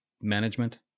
management